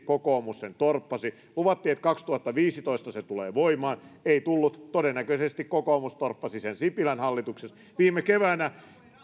kokoomus sen torppasi luvattiin että kaksituhattaviisitoista se tulee voimaan ei tullut todennäköisesti kokoomus torppasi sen sipilän hallituksessa viime keväänä